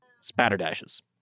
Spatterdashes